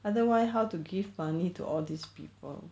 otherwise how to give money to all these people